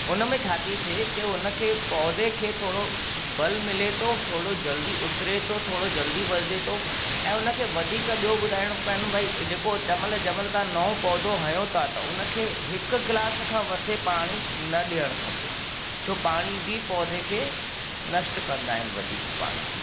उन में छा थी थे के हुनखे पौधे खे थोरो ॿलु मिले तो थोरो जल्दी उसरे तो थोरो जल्दी वधे थो ऐं हुनखे वधीक ॿियों ॿुधाइणो पहिरियों भई जेको तेमहिल जेमहिल तव्हां नओ पौधो हणो था त हुन खे हिकु गिलास खां मथे पाणी न ॾियण खपे छो पाणी बि पौधे खे नष्ट कंदा आहिनि वधीक पाणी बि